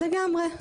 לגמרי.